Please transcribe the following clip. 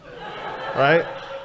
Right